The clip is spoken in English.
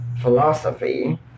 philosophy